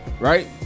Right